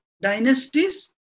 dynasties